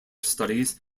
studies